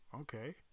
okay